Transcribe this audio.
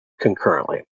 concurrently